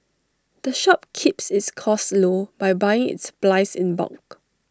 the shop keeps its costs low by buying its supplies in bulk